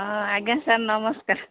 ହଁ ଆଜ୍ଞା ସାର୍ ନମସ୍କାର